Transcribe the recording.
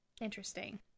interesting